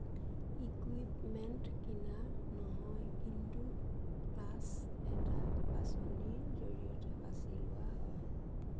equipment কিনা নহয় কিন্তু ক্লাছ এটা বাছনিৰ জৰিয়তে বাচি লোৱা হয়